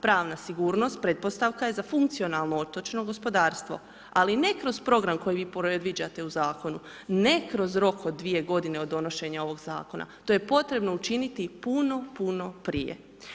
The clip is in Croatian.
Pravna sigurnost pretpostavka je za funkcionalno otočno gospodarstvo ali ne kroz program koji vi predviđate u zakonu, ne kroz rok od 2 g. od donošenja ovog zakona, to je potrebno učiniti puno, puno prije.